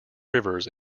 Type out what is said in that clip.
rivers